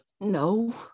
No